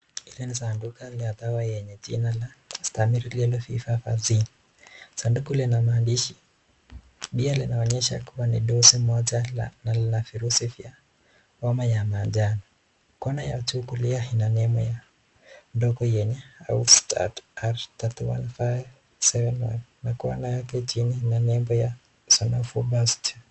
Hili ni sanduku la dawa yenye jina ya Stamaril yellow fever vaccine , sanduku lina maandishi pia linaonyesha kuwa ni dosi moja na lina virusi vya homa ya manjano, kona ya juu kulia ina nembo ya ndogo yenye Aust R 31571 na kona yake chini ina nembo ya Sanofi Pasteur.